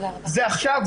זה עכשיו,